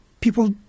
people